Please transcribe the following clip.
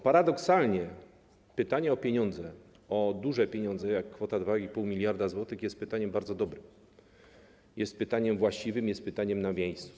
Paradoksalnie pytanie o pieniądze, o duże pieniądze, jak kwota 2,5 mld zł, jest pytaniem bardzo dobrym, jest pytaniem właściwym, jest pytaniem na miejscu.